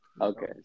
okay